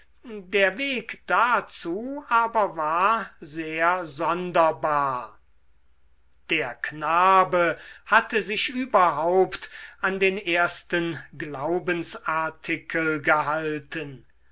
der weg dazu aber war sehr sonderbar der knabe hatte sich überhaupt an den ersten glaubensartikel gehalten